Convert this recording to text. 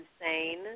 insane